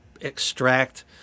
extract